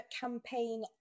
campaign